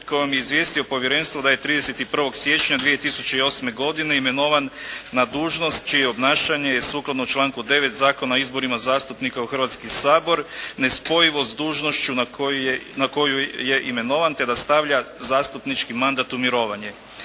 kojom je izvijestio povjerenstvo da je 31. siječnja 2008. godine imenovan na dužnost čije je obnašanje sukladno članku 9. Zakona o izborima zastupnika u Hrvatski sabor nespojivo s dužnošću na koju je imenovan, te da stavlja zastupnički mandat u mirovanje.